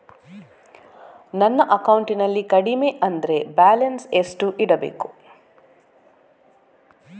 ನನ್ನ ಅಕೌಂಟಿನಲ್ಲಿ ಕಡಿಮೆ ಅಂದ್ರೆ ಬ್ಯಾಲೆನ್ಸ್ ಎಷ್ಟು ಇಡಬೇಕು?